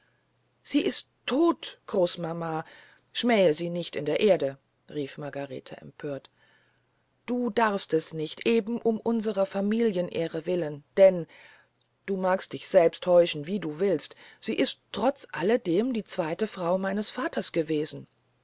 sie ist tot großmama schmähe sie nicht in der erde rief margarete empört du darfst es nicht eben um unserer familienehre willen denn du magst dich selbst täuschen wie du willst sie ist trotz alledem die zweite frau meines vaters gewesen